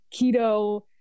keto